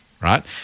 Right